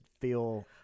feel